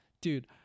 dude